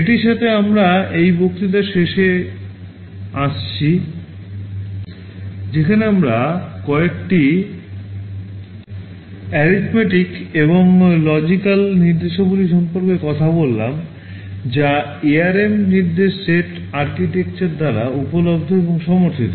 এটির সাথে আমরা এই বক্তৃতার শেষে আসছি যেখানে আমরা কয়েকটি arithmetic এবং logical নির্দেশাবলী সম্পর্কে কথা বললাম যা ARM নির্দেশ সেট আর্কিটেকচার দ্বারা উপলব্ধ এবং সমর্থিত